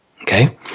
okay